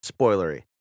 spoilery